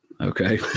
okay